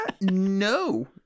No